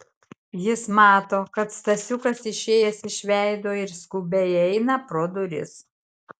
jis mato kad stasiukas išėjęs iš veido ir skubiai eina pro duris